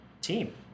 team